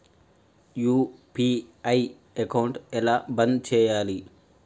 UPI account ఎలా బంద్ చేయాలి?